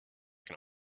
can